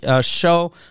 show